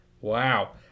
Wow